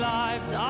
lives